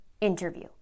interview